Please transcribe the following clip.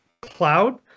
cloud